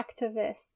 activists